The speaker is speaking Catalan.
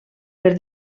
per